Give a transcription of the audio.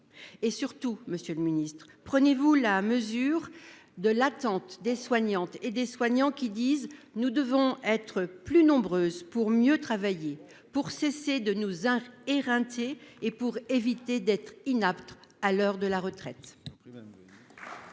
Et surtout, Monsieur le Ministre, prenez-vous la mesure de l'attente des soignantes et des soignants qui disent, nous devons être plus nombreuses pour mieux travailler pour cesser de nous a éreintés et pour éviter d'être inapte à l'heure de la retraite.